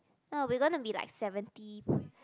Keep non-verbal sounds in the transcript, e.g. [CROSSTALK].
no we gonna be like seventy [BREATH]